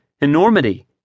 enormity